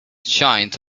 shines